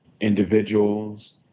individuals